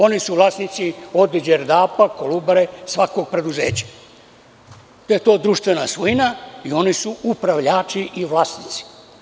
Oni su vlasnici „Đerdapa“, „Kolubare“, svakog preduzeća da je to društvena svojina i oni su upravljači i vlasnici.